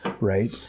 right